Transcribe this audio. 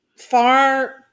far